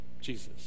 Jesus